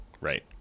Right